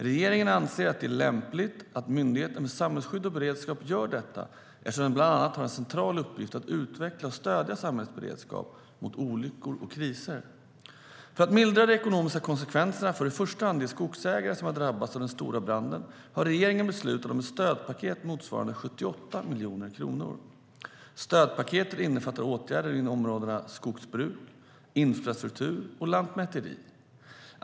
Regeringen anser att det är lämpligt att Myndigheten för samhällsskydd och beredskap gör detta eftersom den bland annat har en central uppgift att utveckla och stödja samhällets beredskap mot olyckor och kriser. För att mildra de ekonomiska konsekvenserna för i första hand de skogsägare som har drabbats av den stora branden har regeringen beslutat om ett stödpaket motsvarande 78 miljoner kronor. Stödpaketet innefattar åtgärder inom områdena skogsbruk, infrastruktur och lantmäteri.